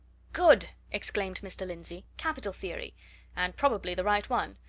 good! exclaimed mr. lindsey. capital theory and probably the right one.